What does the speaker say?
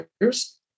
years